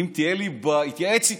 אתייעץ איתו.